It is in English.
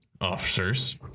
officers